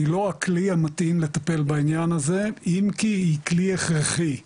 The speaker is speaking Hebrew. היא לא הכלי המתאים לטפל בעניין הזה אם כי היא כלי הכרחי,